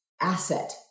asset